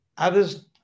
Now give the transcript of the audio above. Others